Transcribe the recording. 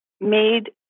made